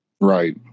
Right